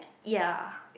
ya